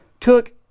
took